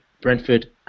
Brentford